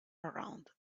around